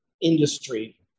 industry